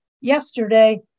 yesterday